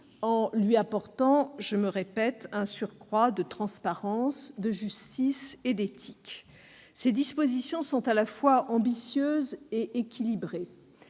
en lui apportant, je le répète, un surcroît de transparence, de justice et d'éthique. Elles sont à la fois ambitieuses et équilibrées